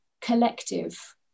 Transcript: collective